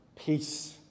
peace